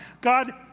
God